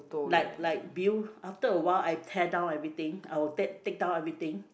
like like Bill after awhile I tear down everything I will take take down everything